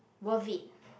worth it